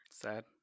Sad